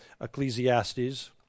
Ecclesiastes